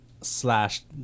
slash